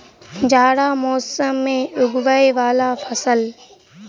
जाड़ा मौसम मे उगवय वला फसल?